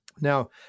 Now